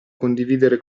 condividere